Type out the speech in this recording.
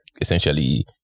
essentially